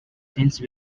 since